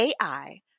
AI